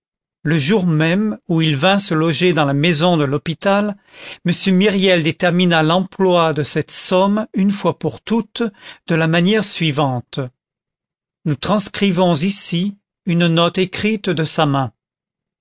le jour même où il vint se loger dans la maison de l'hôpital m myriel détermina l'emploi de cette somme une fois pour toutes de la manière suivante nous transcrivons ici une note écrite de sa main